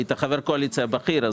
היית חבר קואליציה בכיר.